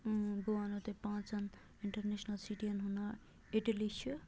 بہٕ وَنہو تۄہہِ پانٛژَن اِنٹَرنیشنَل سِٹیَن ہُنٛد ناو اِٹلی چھِ